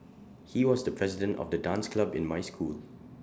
he was the president of the dance club in my school